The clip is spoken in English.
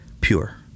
pure